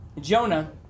Jonah